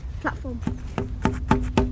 platform